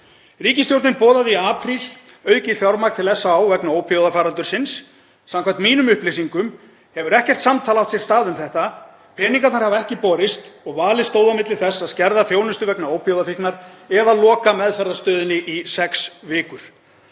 Ríkisstjórnin boðaði í apríl aukið fjármagn til SÁÁ vegna ópíóíðafaraldursins. Samkvæmt mínum upplýsingum hefur ekkert samtal átt sér stað um þetta. Peningarnir hafa ekki borist og valið stóð á milli þess að skerða þjónustu vegna ópíóíðafíknar eða loka meðferðarstöðinni í sex vikur.